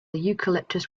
eucalyptus